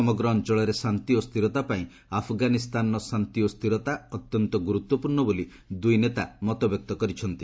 ସମଗ୍ର ଅଞ୍ଚଳର ଶାନ୍ତି ଓ ସ୍ଥିରତା ପାଇଁ ଆଫଗାନିସ୍ତାନର ଶାନ୍ତି ଓ ସ୍ଥିରତା ଅତ୍ୟନ୍ତ ଗୁରୁତ୍ୱପୂର୍ଣ୍ଣ ବୋଲି ଦୁଇ ନେତା ମତବ୍ୟକ୍ତ କରିଛନ୍ତି